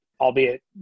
albeit